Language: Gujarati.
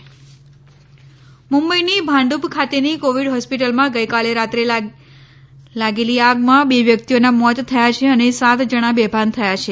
મુંબઈ આગ મુંબઈની ભાંડપ ખાતેની કોવિડ હોસ્પીટલમાં ગઈકાલે રાત્રે લાગેલી આગમાં બે વ્યકિતઓનાં મોત થયા છે અને સાત જણા બેભાન થયા છે